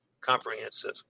comprehensive